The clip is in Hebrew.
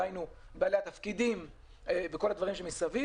דהיינו: בעלי התפקידים וכל הדברים מסביב.